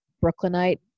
Brooklynite